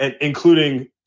including